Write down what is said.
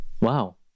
Wow